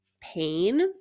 pain